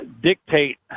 dictate